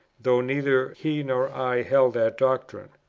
though neither he nor i held that doctrine.